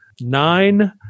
nine